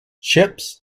chips